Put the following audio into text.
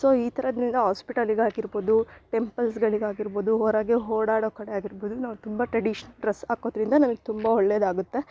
so ಈ ಥರದ್ರಿಂದ ಆಸ್ಪಿಟಲಿಗೆ ಆಗಿರ್ಬೌದು ಟೆಂಪಲ್ಸ್ಗಳಿಗಾಗಿರ್ಬೌದು ಹೊರಗೆ ಓಡಾಡೋ ಕಡೆ ಆಗಿರ್ಬೌದು ನಾವು ತುಂಬ ಟ್ರೆಡೀಶ್ ಡ್ರೆಸ್ ಹಾಕೋದ್ರಿಂದ ನಮಗ್ ತುಂಬ ಒಳ್ಳೇದಾಗುತ್ತೆ